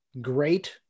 great